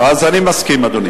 אז אני מסכים, אדוני.